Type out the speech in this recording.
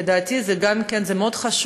לדעתי זה מאוד חשוב,